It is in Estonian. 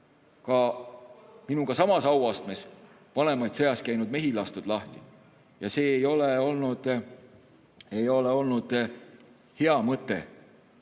ka minuga samas auastmes vanemaid, sõjas käinud mehi lahti lastud ja see ei ole olnud hea mõte